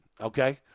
okay